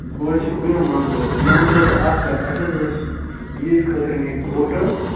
بہٕ حظ چھُس قیوم منظوٗرمےٚ وَنتہٕ حظ اکھ کَتھ اسہِ حظ ٲس عیٖد خٲطرٕ نِنۍ ژوٚٹ حظ